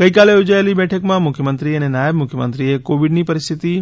ગઇકાલે યોજાયેલી બેઠકમાં મુખ્યમંત્રી અને નાયબ મુખ્યમંત્રીએ કોવીડની પરિસ્થિતિ